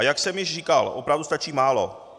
Jak jsem již říkal, opravdu stačí málo.